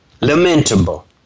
Lamentable